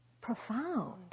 profound